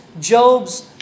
Job's